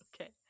Okay